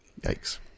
Yikes